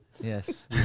Yes